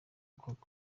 koko